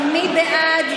מי בעד?